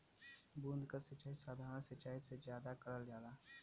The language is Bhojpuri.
बूंद क सिचाई साधारण सिचाई से ज्यादा कईल जाला